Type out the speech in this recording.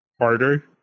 harder